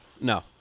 No